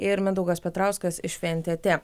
ir mindaugas petrauskas iš vė en tė tė